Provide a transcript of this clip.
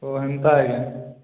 ଓ ହେନ୍ତା କେଁ